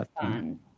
fun